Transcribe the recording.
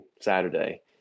Saturday